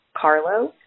Carlo